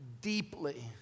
deeply